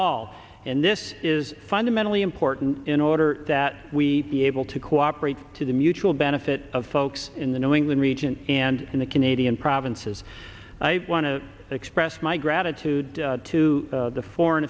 all and this is fundamentally important in order that we be able to co operate to the mutual benefit of folks in the new england region and in the canadian provinces i want to express my gratitude to the foreign